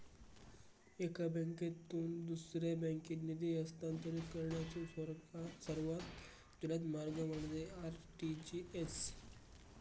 एका बँकेतून दुसऱ्या बँकेत निधी हस्तांतरित करण्याचो सर्वात जलद मार्ग म्हणजे आर.टी.जी.एस